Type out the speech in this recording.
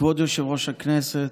כבוד יושב-ראש הכנסת,